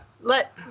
Let